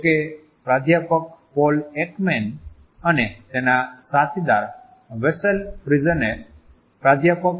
જો કે પ્રાધ્યાપક પૌલ એકમેન અને તેના સાથીદાર વેલેસ ફ્રીઝેનએ પ્રાધ્યાપક